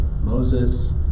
Moses